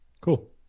Cool